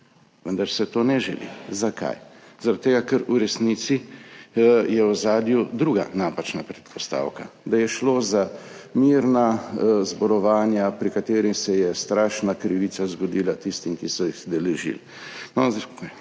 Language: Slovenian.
Vendar se tega ne želi. Zakaj? Zaradi tega ker je v resnici v ozadju druga napačna predpostavka – da je šlo za mirna zborovanja, pri katerih se je strašna krivica zgodila tistim, ki so se jih udeležili.